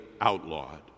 outlawed